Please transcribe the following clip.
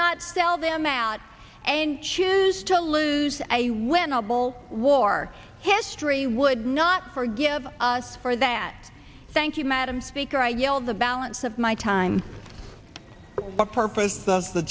not sell them out and choose to lose a winnable war history would not forgive us for that thank you madam speaker i yield the balance of my time what purpose does the